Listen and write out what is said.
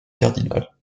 cardinal